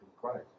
Christ